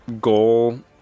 goal